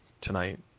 tonight